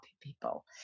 people